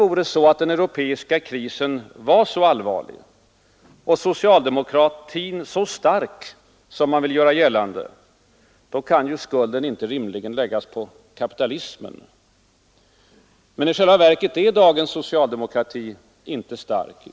Om den europeiska krisen är så allvarlig och socialdemokratin så stark som man gör gällande, kan skulden inte rimligen läggas på ”kapitalismen”. I själva verket är dagens socialdemokrati inte stark.